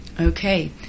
Okay